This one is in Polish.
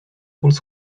puls